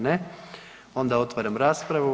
Ne, onda otvaram raspravu.